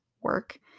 work